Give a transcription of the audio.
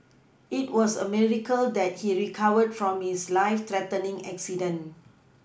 it was a miracle that he recovered from his life threatening accident